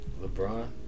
LeBron